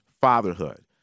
fatherhood